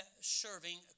serving